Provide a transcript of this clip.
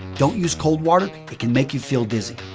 don't use cold water, it can make you feel dizzy.